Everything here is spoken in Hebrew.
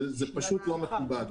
זה פשוט לא מכובד.